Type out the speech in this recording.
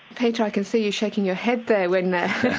peter, i can see you shaking your head there. look,